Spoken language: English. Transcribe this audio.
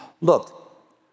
look